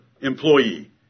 employee